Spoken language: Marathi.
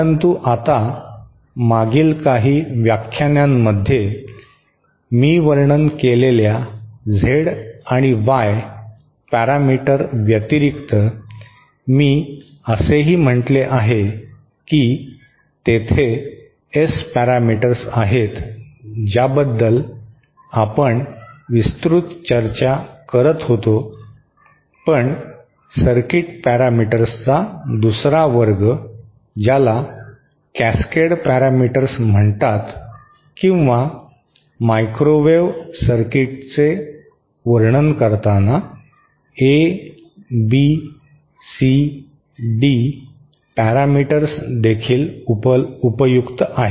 परंतु आता मागील काही व्याख्यानांमध्ये मी वर्णन केलेल्या झेड आणि वाय पॅरामीटर व्यतिरिक्त मी असेही म्हटले आहे की तेथे एस पॅरामीटर्स आहेत ज्याबद्दल आपण विस्तृत चर्चा करत होतो पण सर्किट पॅरामीटर्सचा दुसरा वर्ग ज्याला कॅस्केड पॅरामीटर्स म्हणतात किंवा मायक्रोवेव्ह सर्किट्सचे वर्णन करताना एबीसीडी पॅरामीटर्स देखील उपयुक्त आहेत